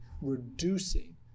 reducing